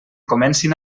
comencin